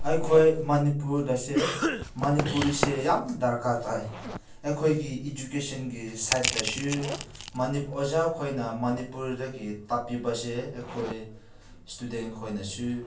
ꯑꯩꯈꯣꯏ ꯃꯅꯤꯄꯨꯔꯗꯁꯦ ꯃꯅꯤꯄꯨꯔꯤꯁꯦ ꯌꯥꯝ ꯗꯔꯀꯥꯔ ꯇꯥꯏ ꯑꯩꯈꯣꯏꯒꯤ ꯏꯖꯨꯀꯦꯁꯟꯒꯤ ꯁꯥꯏꯠꯇꯁꯨ ꯑꯣꯖꯥꯈꯣꯏꯅ ꯃꯅꯤꯄꯨꯔꯗꯒꯤ ꯇꯥꯛꯄꯤꯕꯁꯦ ꯑꯩꯈꯣꯏ ꯏꯁꯇꯨꯗꯦꯟꯈꯣꯏꯅꯁꯨ